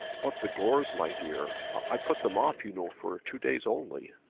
but the gores, my dear! i put them off, you know, for two days only.